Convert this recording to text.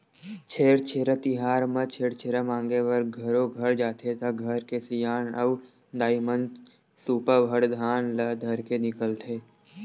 छेरछेरा तिहार म छेरछेरा मांगे बर घरो घर जाथे त घर के सियान अऊ दाईमन सुपा भर धान ल धरके निकलथे